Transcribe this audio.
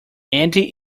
andy